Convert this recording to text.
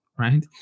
Right